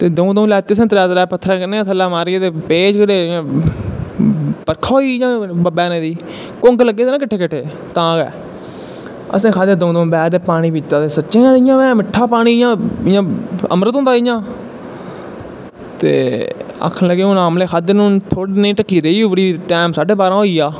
ते दऊं दऊं लैत्ते असैं त्रै त्रै पत्थरै कन्नै मारियै ते पे इयां बर्खा होई इयां बैरोें दी घुंग लग्गे दे हे ना कट्ठे कट्ठे तां गै असैें काह्दे दऊं दऊं बैर ते सच्चैं गै इयां मिट्ठा पानी अमरित होंदा जियां ते आक्खन लगे हून आमले खाह्दे हून थोह्ड़ी नेही ढक्की रेही उप्परे गी टैम साड्डे बाहरां होईया